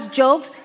jokes